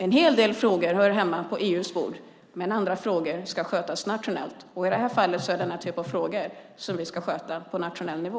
En hel del frågor hör hemma på EU:s bord, men andra frågor ska skötas nationellt. I det här fallet handlar det om en typ av frågor som vi ska sköta på nationell nivå.